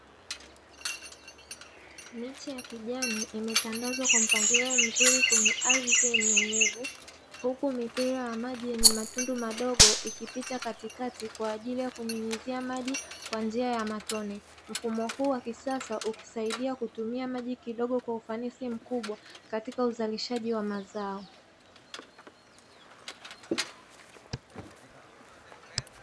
Miche ya kijani imetandazwa kwa mpangilio mzuri kwenye ardhi yenye unyevu, huku mipira ya maji yenye matundu madogo ikipita katikati kwa ajili ya kunyunyizia maji kwa njia ya matone. Mfumo huu wa kisasa ukisaidia kutumia maji kidogo kwa ufanisi mkubwa katika uzalishaji wa mazao.